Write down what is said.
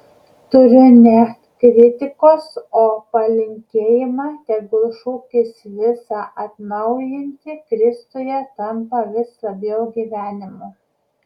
turiu ne kritikos o palinkėjimą tegul šūkis visa atnaujinti kristuje tampa vis labiau gyvenimu